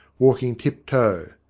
walking tip-toe.